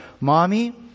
Mommy